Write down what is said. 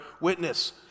witness